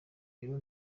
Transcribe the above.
rero